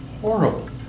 horrible